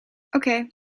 okay